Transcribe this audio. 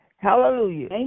Hallelujah